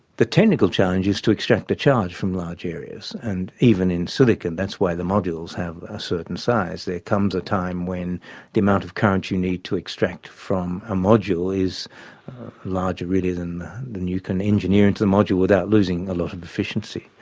the technical challenge is to extract a charge from large areas, and even in silicon. that's why the modules have a certain size, there comes a time when the amount of current you need to extract from a module is larger really than than you can engineer into the module without losing a lot of efficiency.